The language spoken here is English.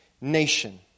nation